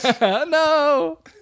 No